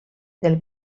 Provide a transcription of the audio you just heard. del